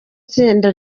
tsinda